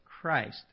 Christ